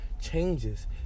changes